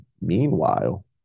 Meanwhile